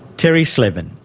terry slevin,